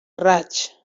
raig